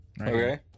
Okay